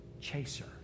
chaser